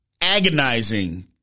agonizing